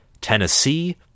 Tennessee